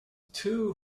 too